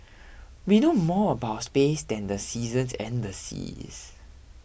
we know more about space than the seasons and the seas